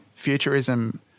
futurism